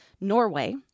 Norway